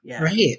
Right